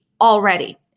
already